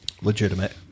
legitimate